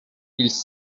ils